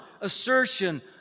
assertion